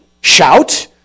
shout